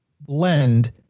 blend